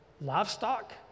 livestock